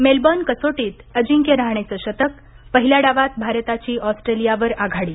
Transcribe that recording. Melbourne कसोटीत अजिंक्य रहाणेचं शतक पहिल्या डावात भारताची ऑस्ट्रेलियावर आघाडी